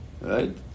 Right